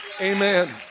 Amen